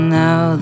now